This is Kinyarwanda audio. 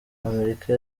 amerika